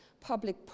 Public